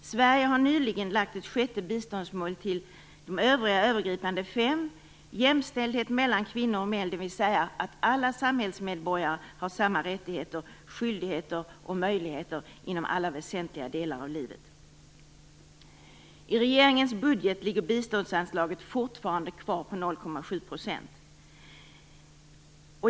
Sverige har nyligen lagt ett sjätte biståndsmål till de övriga övergripande fem: jämställdhet mellan kvinnor och män, dvs. att alla samhällsmedborgare har samma rättigheter, skyldigheter och möjligheter inom alla väsentliga delar av livet. I regeringens budget ligger biståndsanslaget fortfarande kvar på 0,7 %.